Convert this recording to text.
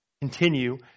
continue